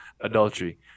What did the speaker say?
adultery